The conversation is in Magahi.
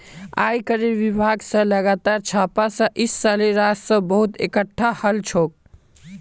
आयकरेर विभाग स लगातार छापा स इस सालेर राजस्व बहुत एकटठा हल छोक